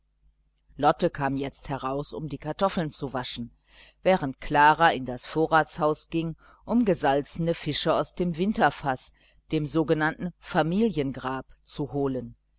lotte kam jetzt heraus um die kartoffeln zu waschen während klara in das vorratshaus ging um gesalzene fische aus dem winterfaß dem sogenannten familiengrab zu holen